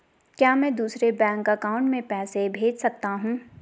क्या मैं दूसरे बैंक अकाउंट में पैसे भेज सकता हूँ?